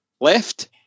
left